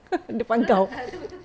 !huh! dia pantau